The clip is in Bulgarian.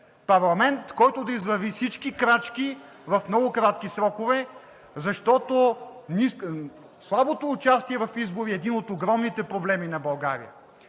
парламент, който да извърви всички крачки в много кратки срокове, защото слабото участие в избори е един от огромните проблеми на България,